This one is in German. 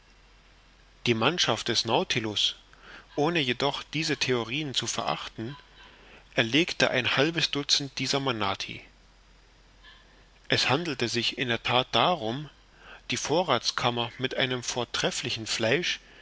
die mannschaft des nautilus ohne jedoch diese theorien zu verachten erlegte ein halbes dutzend dieser manati es handelte sich in der that darum die vorrathskammer mit einem vortrefflichen fleisch